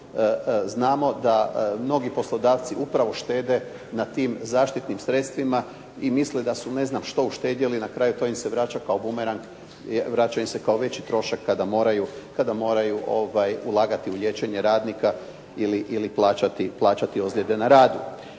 znamo da mnogi poslodavci upravo štede na tim zaštitnim sredstvima i misle da su ne znam što uštedjeli na kraju to im se vraća kao bumerang, vraća im se kao veći trošak kada moraju ulagati u liječenje radnika ili plaćati ozljede na radu.